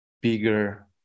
bigger